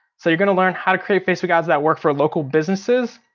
so, you're gonna learn how to create facebook ads that work for local businesses,